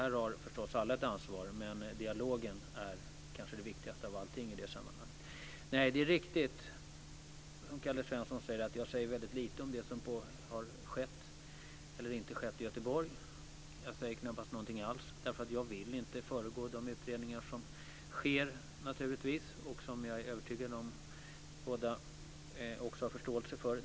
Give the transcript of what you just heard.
Här har förstås alla ett ansvar, men dialogen är kanske det viktigaste av allting i sammanhanget. Det är riktigt som Kalle Svensson säger att jag säger väldigt lite om det som har skett eller inte skett i Göteborg. Jag säger knappast någonting alls, därför att jag naturligtvis inte vill föregå de utredningar som pågår. Jag är övertygad om att ni båda har förståelse för det.